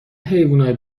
حیونای